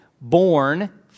born